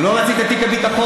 לא רצית את תיק הביטחון?